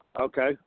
Okay